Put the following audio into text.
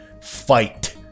Fight